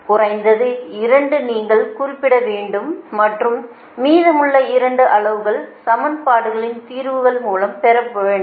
குறைந்தது 2 நீங்கள் குறிப்பிட வேண்டும் மற்றும் மீதமுள்ள 2 அளவுகள் சமன்பாடுகளின் தீர்வுகள் மூலம் பெறப்பட வேண்டும்